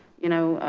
you know,